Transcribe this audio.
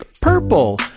purple